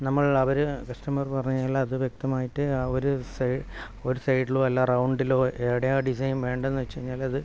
നമ്മൾ അവർ കസ്റ്റമർ പറഞ്ഞാൽ അത് വ്യക്തമായിട്ട് ആ ഒരു സൈ ഒരു സൈഡിലോ അല്ലാ റൗണ്ടിലോ എവിടെയാ ഡിസൈൻ വേണ്ടതെന്ന് വെച്ചു കഴിഞ്ഞാൽ അത്